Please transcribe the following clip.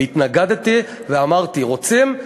התנגדתי ואמרתי: רוצים?